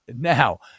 Now